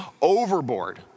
overboard